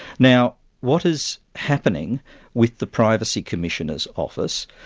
now what is happening with the privacy commissioner's office,